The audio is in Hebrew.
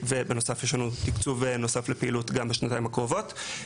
ובנוסף יש לנו תקצוב נוסף לפעילות גם בשנתיים הקרובות.